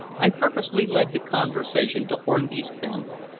i purposely led the conversation to hornby's family,